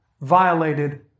violated